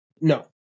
No